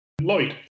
Lloyd